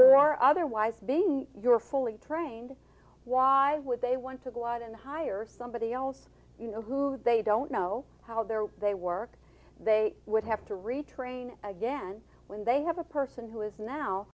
or otherwise being you're fully trained why would they want to go out and hire somebody else you know who they don't know how their they work they would have to retrain again when they have a person who is now